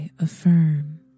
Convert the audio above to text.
Affirm